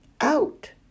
out